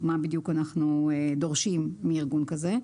מה בדיוק אנחנו דורשים מארגון כזה.